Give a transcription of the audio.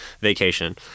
vacation